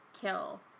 kill